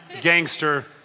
gangster